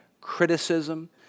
criticism